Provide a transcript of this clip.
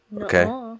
Okay